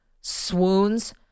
swoons